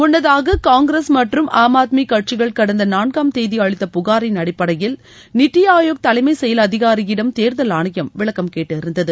முன்னதாக காங்கிரஸ் மற்றும் ஆம் ஆத்மி கட்சிகள் கடந்த நான்காம் தேதி அளித்த புகாரின் அடிப்படையில் நித்தி ஆயோக் தலைமைச் செயல் அதிகாரியிடம் தேர்தல் ஆணையம் விளக்கம் கேட்டிருந்தது